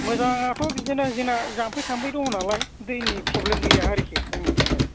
मोजाङाथ' बिदिनो जोंना जाम्फै थाम्फै दङ नालाय दैनि प्रब्लेम गैया आरोखि जोंनिथिंजाय